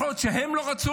יכול להיות שהם לא רצו,